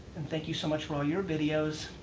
and thank you so much for all your videos.